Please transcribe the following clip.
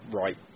right